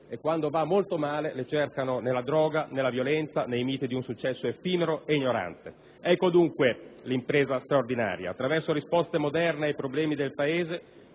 e, quando va molto male, le cercano nella droga, nella violenza, nei miti di un successo effimero e ignorante. Ecco dunque l'impresa straordinaria: attraverso risposte moderne ai problemi del Paese